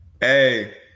Hey